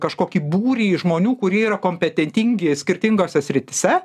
kažkokį būrį žmonių kurie yra kompetentingi skirtingose srityse